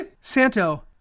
Santo